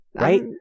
Right